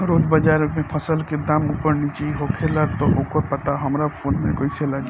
रोज़ बाज़ार मे फसल के दाम ऊपर नीचे होखेला त ओकर पता हमरा फोन मे कैसे लागी?